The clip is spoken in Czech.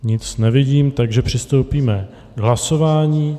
Nic nevidím, takže přistoupíme k hlasování.